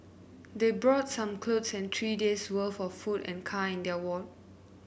they brought some clothes and three days' worth for food and kind of work